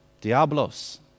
diablos